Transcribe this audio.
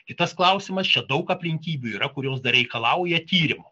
kitas klausimas čia daug aplinkybių yra kurios dar reikalauja tyrimo